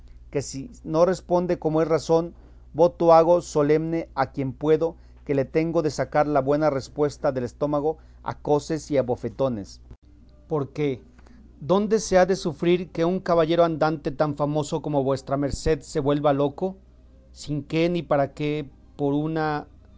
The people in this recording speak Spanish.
que si no responde como es razón voto hago solene a quien puedo que le tengo de sacar la buena respuesta del estómago a coces y a bofetones porque dónde se ha de sufrir que un caballero andante tan famoso como vuestra merced se vuelva loco sin qué ni para qué por una